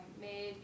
made